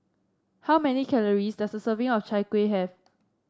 how many calories does a serving of Chai Kuih have